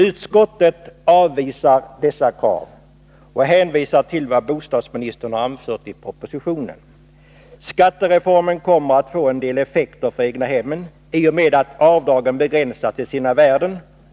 Utskottet avvisar dessa krav och hänvisar till vad bostadsministern anfört i propositionen. Skattereformen kommer att få en del effekter för egnahemmen i och med att avdragen begränsas i sina värden.